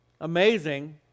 Amazing